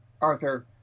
Arthur